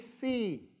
see